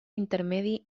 intermedi